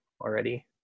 already